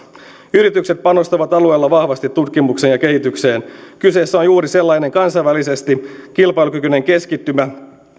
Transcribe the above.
yritykset panostavat alueella vahvasti tutkimukseen ja kehitykseen kyseessä on juuri sellainen kansainvälisesti kilpailukykyinen keskittymä